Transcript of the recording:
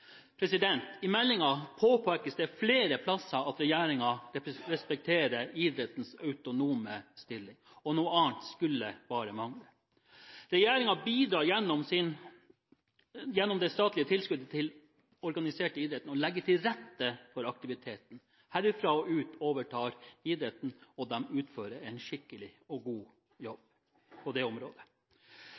I meldingen påpekes det flere plasser at regjeringen respekterer idrettens autonome stilling, og noe annet skulle bare mangle. Regjeringen bidrar gjennom det statlige tilskuddet til den organiserte idretten og legger til rette for aktiviteten. Herfra og ut overtar idretten, og de utfører en skikkelig og god jobb på det området.